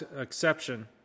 exception